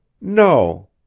No